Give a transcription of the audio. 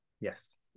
Yes